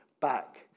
back